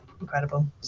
incredible